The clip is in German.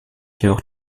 jedoch